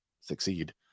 succeed